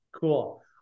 Cool